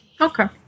Okay